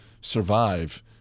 survive